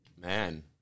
man